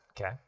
Okay